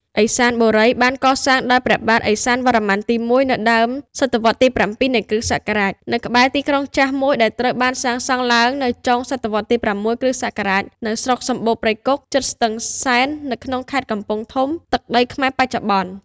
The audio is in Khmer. ឥសានបុរ បានកសាងដោយព្រះបាទ ឥសានវរ្ម័នទី១ នៅដើម សតវត្សរ៍ទី៧ នៃ គ.ស នៅក្បែរទីក្រុងចាស់មួយដែលត្រូវបានសាងសង់ឡើងនៅចុង សតវត្សរ៍ទី៦ គ.ស. នៅស្រុកសម្បូរណ៍ព្រៃគុក ជិតស្ទឹងសែន នៅក្នុងខេត្តកំពង់ធំ ទឹកដីខ្មែរបច្ចុប្បន្ន ។